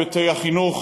בהיבטי החינוך